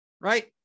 right